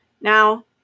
Now